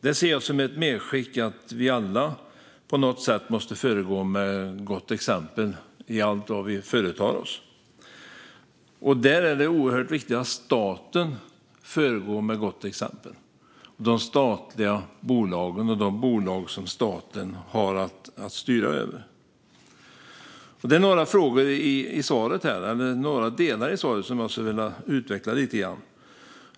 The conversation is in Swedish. Det ser jag som ett medskick att vi alla på något sätt måste föregå med gott exempel i allt vad vi företar oss. Då är det oerhört viktigt att de statliga bolagen och de bolag som staten har att styra över föregår med gott exempel. Det är några delar i svaret som jag skulle vilja få utvecklade lite grann.